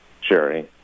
Sherry